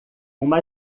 uma